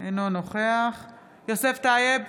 אינו נוכח יוסף טייב,